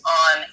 on